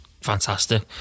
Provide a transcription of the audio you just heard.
fantastic